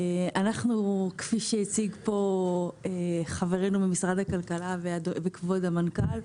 כפי שהציג פה חברנו ממשרד הכלכלה וכבוד המנכ"ל,